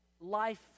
life